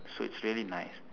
so it's very nice